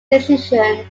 decision